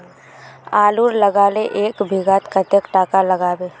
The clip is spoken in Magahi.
आलूर लगाले एक बिघात कतेक टका लागबे?